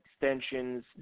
extensions